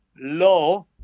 law